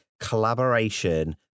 collaboration